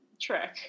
trick